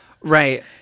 Right